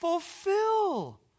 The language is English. fulfill